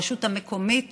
הרשות המקומית,